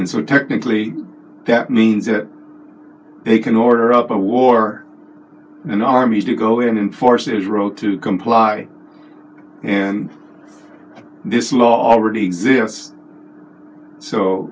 and so technically that means that they can order up a war and armies to go in and force israel to comply and this law already exists so